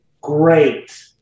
Great